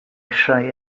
rhai